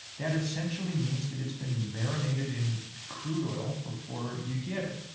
that essentially means that it's been marinated in crude oil before you get it.